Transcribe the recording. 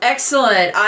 Excellent